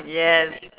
yes